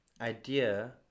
idea